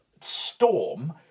storm